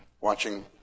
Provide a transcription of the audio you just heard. Watching